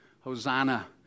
Hosanna